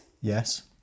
Yes